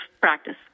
practice